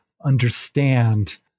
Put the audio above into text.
understand